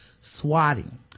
swatting